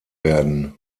werden